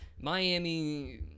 Miami